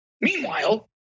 Meanwhile